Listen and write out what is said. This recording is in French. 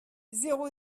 zéro